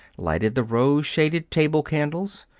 lighted the rose-shaded table-candles.